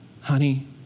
Honey